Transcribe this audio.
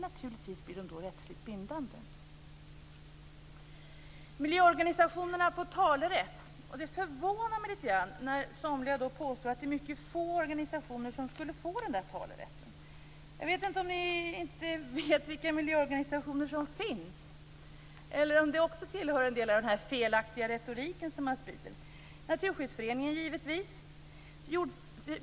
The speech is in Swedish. Naturligtvis blir de då rättsligt bindande. Miljöorganisationerna får talerätt. Det förvånar mig litet grand att somliga påstår att det är mycket få organisationer som skulle få denna talerätt. Jag vet inte om ni inte vet vilka miljöorganisationer som finns eller om det också är en del av den felaktiga retoriken som man sprider. Naturskyddsföreningen kan givetvis använda sig av talerätten.